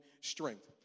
strength